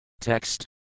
Text